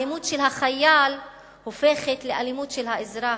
האלימות של החייל הופכת לאלימות של האזרח.